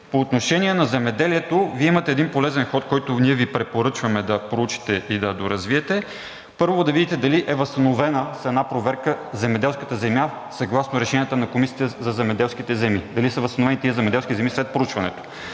По отношение на земеделието Вие имате един полезен ход, който ние Ви препоръчваме да проучите и да доразвиете. Първо, да видите дали е възстановена, с една проверка, земеделската земя съгласно решенията на Комисията за земеделските земи – дали са възстановени тези земеделски земи след проучването.